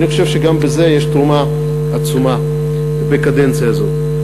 ואני חושב שגם בזה יש תרומה עצומה בקדנציה הזאת.